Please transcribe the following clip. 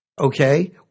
okay